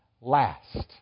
last